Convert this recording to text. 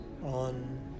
on